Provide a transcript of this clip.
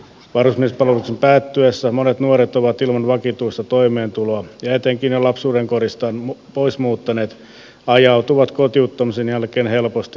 varusmiespalveluksen päättyessä monet nuoret ovat ilman vakituista toimeentuloa ja etenkin jo lapsuudenkodistaan pois muuttaneet ajautuvat kotiuttamisen jälkeen helposti sosiaalitukien varaan